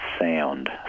sound